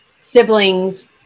siblings